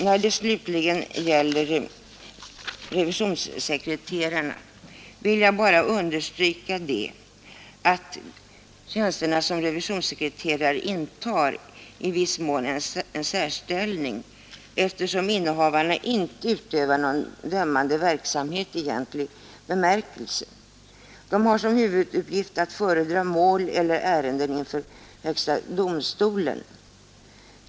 När det slutligen gäller revisionssekreterarna vill jag bara understryka att dessa tjänster i viss mån intar en särställning, eftersom innehavarna inte utövar någon dömande verksamhet i egentlig bemärkelse. De har som huvuduppgift att föredra mål eller ärenden inför högsta domstolen.